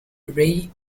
rei